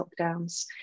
lockdowns